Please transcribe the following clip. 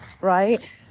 right